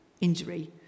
injury